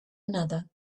another